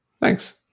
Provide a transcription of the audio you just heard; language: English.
Thanks